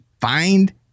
find